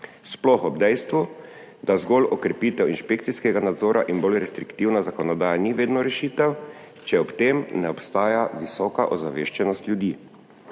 sploh ob dejstvu, da zgolj okrepitev inšpekcijskega nadzora in bolj restriktivna zakonodaja nista vedno rešitev, če ob tem ne obstaja visoka ozaveščenost ljudi.